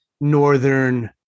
Northern